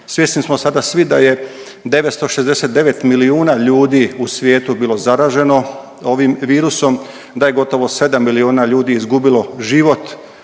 Svjesni smo sada svi da je 969 milijuna ljudi u svijetu bilo zaraženo ovim virusom, da je gotovo 7 milijuna ljudi izgubilo život